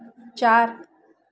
चार